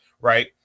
right